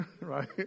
right